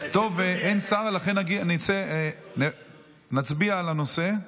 טוב, אין שר, ולכן נצביע על הנושא.